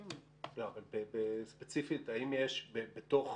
ספציפית, האם יש בתוך